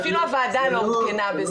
אפילו הוועדה לא עודכנה,